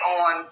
on